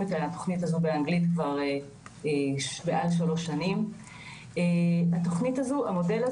פלשתינאים וסטודנטים בין לאומיים וחשבנו שזה בעצם התרומה הגדולה